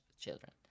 children